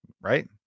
right